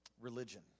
Religion